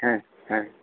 ᱦᱮᱸ ᱦᱮᱸ